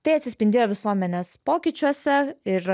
tai atsispindėjo visuomenės pokyčiuose ir